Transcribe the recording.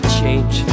change